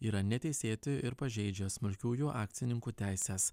yra neteisėti ir pažeidžia smulkiųjų akcininkų teises